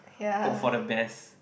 hope for the best